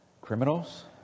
criminals